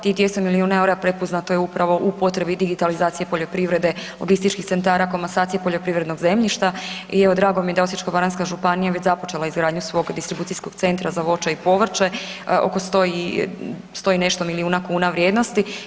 Tih 200 milijuna EUR-a prepoznato je upravo u potrebi digitalizacije poljoprivrede, logističkih centara, komasacije poljoprivrednog zemljišta i evo drago mi je da je Osječko-baranjska županija već započela izgradnju svog distribucijskog centra za voće i povrće oko 100 i nešto milijuna kuna vrijednosti.